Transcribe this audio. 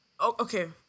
okay